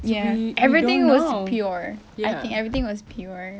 ya everything was pure I think everything was pure